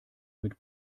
mit